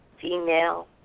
female